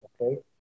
okay